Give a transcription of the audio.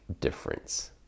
difference